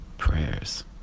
prayers